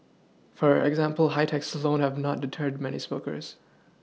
for example high taxes alone have not deterred many smokers